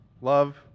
Love